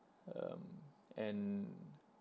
um and